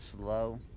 slow